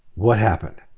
what happened?